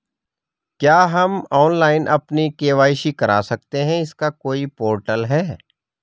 क्या हम ऑनलाइन अपनी के.वाई.सी करा सकते हैं इसका कोई पोर्टल है?